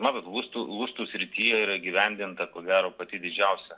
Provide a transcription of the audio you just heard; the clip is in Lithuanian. matot lustų lustų srityje yra įgyvendinta ko gero pati didžiausia